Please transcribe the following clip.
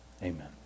Amen